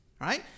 right